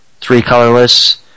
three-colorless